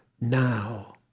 now